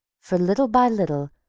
for, little by little,